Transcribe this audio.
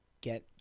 get